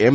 એમ